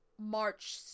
March